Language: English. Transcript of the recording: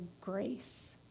grace